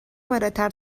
بالاتر